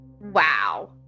wow